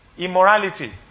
Immorality